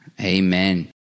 Amen